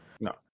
No